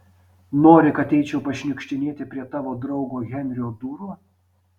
nori kad eičiau pašniukštinėti prie tavo draugo henrio durų